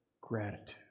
gratitude